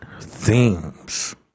themes